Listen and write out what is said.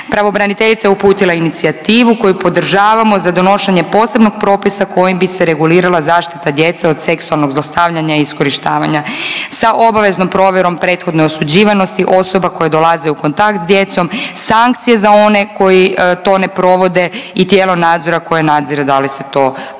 Pravobraniteljica je uputila inicijativu koju podržavamo za donošenje posebnog propisa kojim bi se regulirala zaštita djece od seksualnog zlostavljanja i iskorištavanja sa obveznom provjerom prethodne osuđivanosti osoba koje dolaze u kontakt s djecom, sankcije za one koji to ne provode i tijelo nadzora koje nadzire da li se to provodi.